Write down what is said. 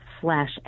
slash